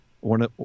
one